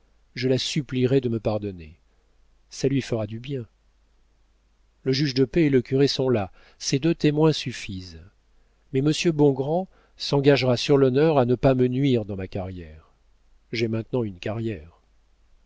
je la supplierai de me pardonner ça lui fera du bien le juge de paix et le curé sont là ces deux témoins suffisent mais m bongrand s'engagera sur l'honneur à ne pas me nuire dans ma carrière j'ai maintenant une carrière